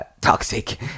toxic